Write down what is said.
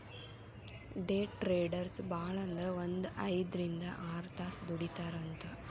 ಡೆ traders ಭಾಳಂದ್ರ ಒಂದ್ ಐದ್ರಿಂದ್ ಆರ್ತಾಸ್ ದುಡಿತಾರಂತ್